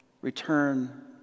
return